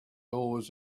always